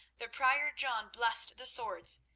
the prior john blessed the swords,